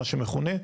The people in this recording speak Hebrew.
מה שמכונה,